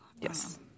Yes